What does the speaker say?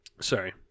Sorry